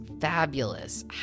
fabulous